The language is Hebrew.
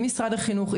עם משרד החינוך,